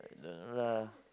uh no lah